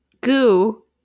goo